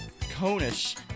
conish